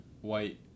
White